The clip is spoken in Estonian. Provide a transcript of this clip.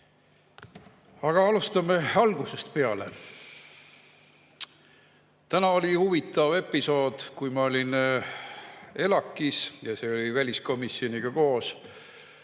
Aga alustame algusest. Täna oli huvitav episood, kui ma olin ELAK-is. See oli väliskomisjoniga koos